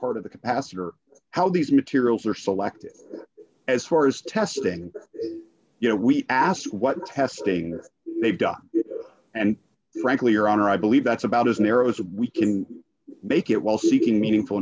part of the capacitor how these materials are selected as far as testing you know we asked what testing they've done and frankly your honor i believe that's about as narrow as we can make it while seeking meaningful